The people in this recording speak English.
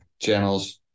channels